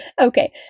Okay